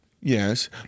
Yes